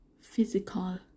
physical